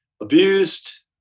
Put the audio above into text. abused